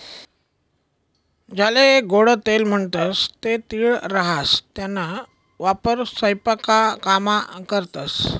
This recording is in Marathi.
ज्याले गोडं तेल म्हणतंस ते तीळ राहास त्याना वापर सयपाकामा करतंस